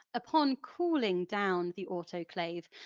upon cooling down the autoclave,